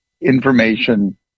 information